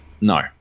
no